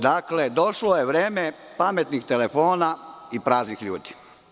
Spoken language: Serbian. Dakle, došlo je vreme pametnih telefona i praznih ljudi.